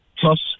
plus